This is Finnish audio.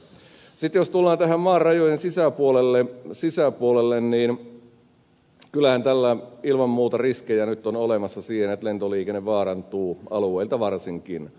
sitten jos tullaan maan rajojen sisäpuolelle niin kyllähän tässä ilman muuta riskejä nyt on olemassa siihen että lentoliikenne vaarantuu alueilla varsinkin